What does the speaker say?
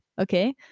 okay